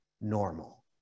normal